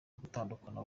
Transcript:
gutandukana